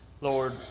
Lord